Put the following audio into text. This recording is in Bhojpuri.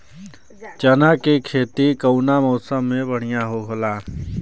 चना के खेती कउना मौसम मे बढ़ियां होला?